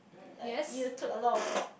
like you took a lot of